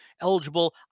eligible